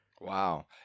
Wow